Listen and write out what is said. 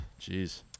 Jeez